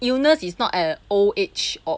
illness is not an old age or